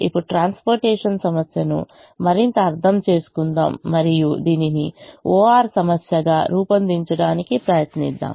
ఇప్పుడు ట్రాన్స్పోర్టేషన్ సమస్యను మరింత అర్థం చేసుకుందాం మరియు దీనిని O R సమస్యగా రూపొందించడానికి ప్రయత్నిద్దాం